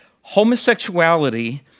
Homosexuality